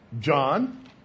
John